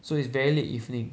so it's very late evening